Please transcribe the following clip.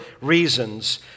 reasons